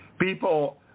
People